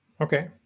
Okay